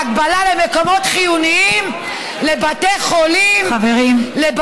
בהגבלה למקומות חיוניים, לבתי חולים, חברים.